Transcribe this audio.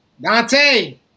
Dante